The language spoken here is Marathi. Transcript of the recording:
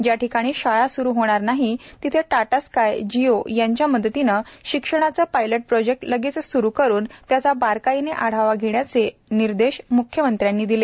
ज्या ठिकाणी शाळा स्रु होणार नाही तिथे टाटा स्काय जिओ यांच्या मदतीने शिक्षणाचे पायलट प्रोजेक्ट लगेचच स्रु करून त्याचा बारकाईने आढावा घेण्याचे निर्देश म्ख्यमंत्री म्हणाले